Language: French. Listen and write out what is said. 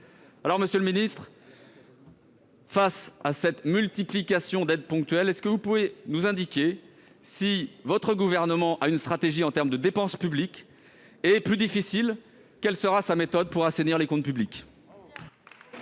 Alors, monsieur le ministre, face à cette multiplication d'aides ponctuelles, pouvez-vous nous indiquer si le Gouvernement a une stratégie de dépenses publiques ? Plus difficile : quelle sera sa méthode pour assainir les comptes publics ?